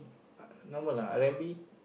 normal lah R-and-B